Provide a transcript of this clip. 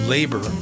Labor